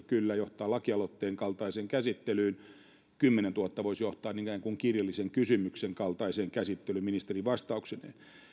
kyllä johtaa lakialoitteen kaltaiseen käsittelyyn ja kymmenentuhatta voisi johtaa ikään kuin kirjallisen kysymyksen kaltaiseen käsittelyyn ministerin vastauksineen